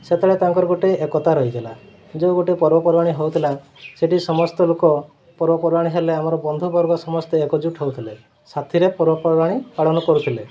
ସେତେବେଳେ ତାଙ୍କର ଗୋଟେ ଏକତା ରହିଥିଲା ଯେଉଁ ଗୋଟେ ପର୍ବପର୍ବାଣି ହେଉଥିଲା ସେଠି ସମସ୍ତ ଲୋକ ପର୍ବପର୍ବାଣି ହେଲେ ଆମର ବନ୍ଧୁବର୍ଗ ସମସ୍ତେ ଏକଜୁଟ ହେଉଥିଲେ ସାଥିରେ ପର୍ବପର୍ବାଣି ପାଳନ କରୁଥିଲେ